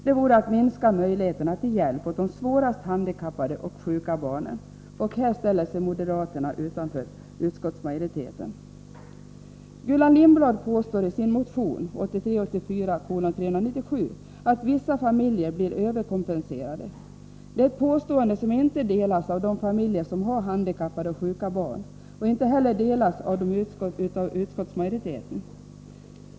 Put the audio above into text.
Det vore att minska möjligheterna till hjälp åt de svårast handikappade och sjuka barnen. Här ställer sig moderaterna utanför utskottsmajoriteten. Gullan Lindblad påstår i sin motion 1983/84:397 att vissa familjer blir överkompenserade. Det är ett påstående som inte delas av de familjer som har handikappade och sjuka barn och inte heller av utskottsmajoriteten.